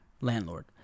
Landlord